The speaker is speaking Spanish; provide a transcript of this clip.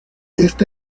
esta